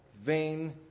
vain